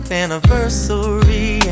anniversary